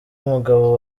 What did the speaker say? umugabo